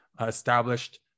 established